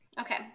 Okay